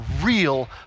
real